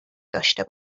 داشته